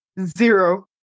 zero